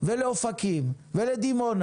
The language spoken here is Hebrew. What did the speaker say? לאופקים ולדימונה?